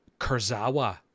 Kurzawa